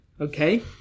Okay